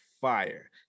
fire